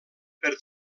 per